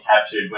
captured